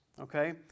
okay